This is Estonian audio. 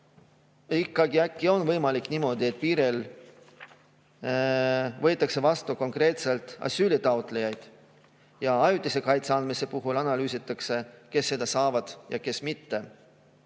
ikkagi on võimalik teha niimoodi, et piiril võetakse vastu konkreetselt asüülitaotlejaid, aga ajutise kaitse andmise puhul analüüsitakse, kes seda saavad ja kes mitte.